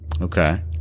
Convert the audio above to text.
Okay